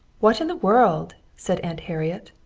what in the world! said aunt harriet.